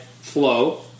Flow